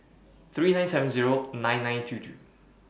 three nine seven nine nine two two